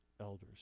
elders